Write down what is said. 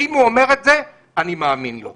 ואם הוא אומר את זה אני מאמין לו.